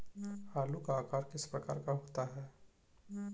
आलू का आकार किस प्रकार का होता है?